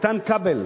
איתן כבל,